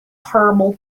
herbal